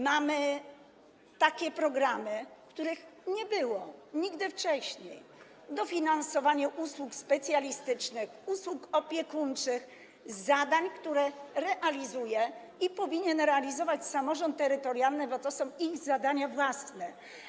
Mamy takie programy, których nie było nigdy wcześniej, chodzi o dofinansowanie usług specjalistycznych, usług opiekuńczych, zadań, które realizuje i powinien realizować samorząd terytorialny, bo to są jego zadania własne.